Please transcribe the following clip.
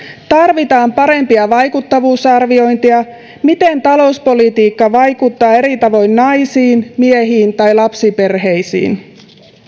tarvitaan parempia vaikuttavuusarviointeja miten talouspolitiikka vaikuttaa eri tavoin naisiin miehiin tai lapsiperheisiin